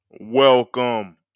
Welcome